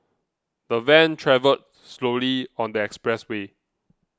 the van travelled slowly on the expressway